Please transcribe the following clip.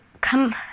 come